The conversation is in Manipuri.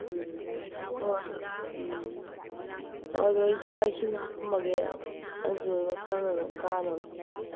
ꯎꯝ ꯍꯣ ꯑꯗꯨ ꯎꯝ ꯍꯣ ꯑꯗꯨ ꯑꯩ ꯆꯥꯛ ꯏꯁꯤꯡ ꯍꯥꯞꯄꯝꯃꯒꯦ ꯑꯗꯨꯗꯨꯒ ꯈꯔ ꯉꯟꯅ ꯀꯥꯅꯕ